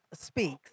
speaks